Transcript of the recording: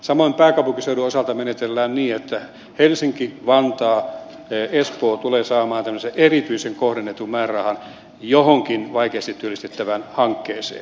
samoin pääkaupunkiseudun osalta menetellään niin että helsinki vantaa espoo tulevat saamaan tällaisen erityisen kohdennetun määrärahan johonkin vaikeasti työllistettävään hankkeeseen